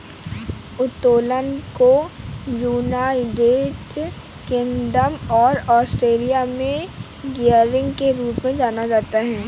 उत्तोलन को United Kingdom और ऑस्ट्रेलिया में गियरिंग के रूप में जाना जाता है